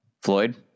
floyd